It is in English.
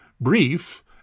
brief